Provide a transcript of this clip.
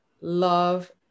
love